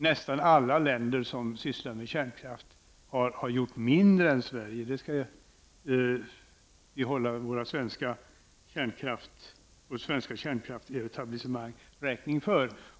Nästan alla länder som sysslar med kärnkraft har gjort mindre än Sverige, det skall vi hålla vårt svenska kärnkraftsetablissemang räkning för.